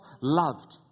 loved